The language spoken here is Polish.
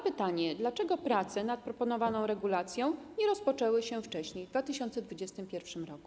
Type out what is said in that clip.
Pytanie: Dlaczego prace nad proponowaną regulacją nie rozpoczęły się wcześniej, w 2021 r.